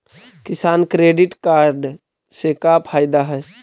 किसान credit card से का फायदा है?